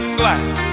glass